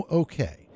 okay